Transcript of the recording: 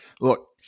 Look